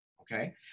okay